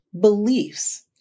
beliefs